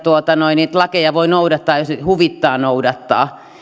niitä lakeja voi noudattaa jos huvittaa noudattaa